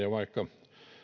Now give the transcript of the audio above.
ja vaikka